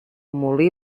molí